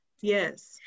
Yes